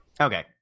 Okay